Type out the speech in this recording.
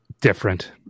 Different